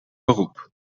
beroep